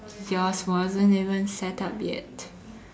yours wasn't even set up yet